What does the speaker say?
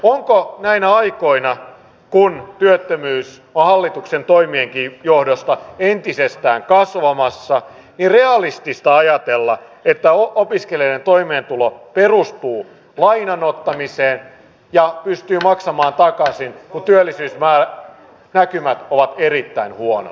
onko näinä aikoina kun työttömyys on hallituksen toimienkin johdosta entisestään kasvamassa realistista ajatella että opiskelijoiden toimeentulo perustuu lainan ottamiseen ja että he pystyvät maksamaan takaisin kun työllisyysnäkymät ovat erittäin huonot